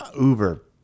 Uber